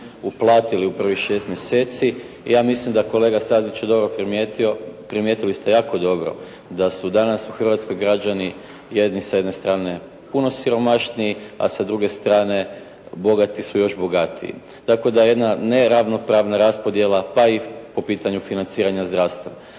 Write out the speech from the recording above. uplatili u prvih 6 mjeseci i ja mislim da kolega Stazić je dobro primijetio. Primijetili ste jako dobro da su danas u Hrvatskoj građani jedni s jedne strane puno siromašniji, a sa druge strane bogati su još bogatiji. Tako da jedna neravnopravna raspodjela pa i po pitanju financiranja zdravstva.